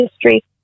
history